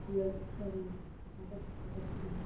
आपल्याला सॉरी आता अटकली मी